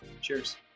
Cheers